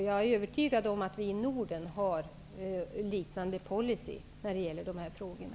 Jag är övertygad om att vi har en liknande policy i andra länder i Norden när det gäller de här frågorna.